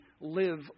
live